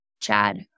Chad